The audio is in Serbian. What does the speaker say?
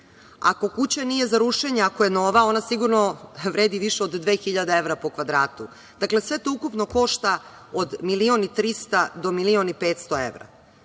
ako kuća nije za rušenje, ako je nova, ona sigurno vredi više od 2.000 evra po kvadratu, dakle, sve to ukupno košta od milion 300 do milion i 500 evra.